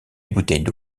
bouteilles